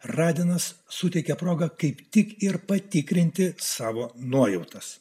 radinas suteikia progą kaip tik ir patikrinti savo nuojautos